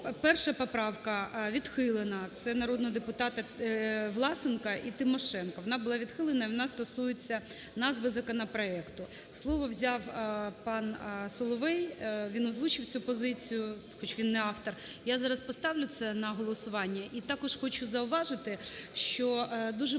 Перша поправка відхилена. Це народного депутата Власенка і Тимошенко. Вона була відхилена і вона стосується назви законопроекту. Слово взяв пан Соловей, він озвучив цю позицію, хоч він не автор. Я зараз поставлю це на голосування. І також хочу зауважити, що дуже багато